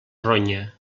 ronya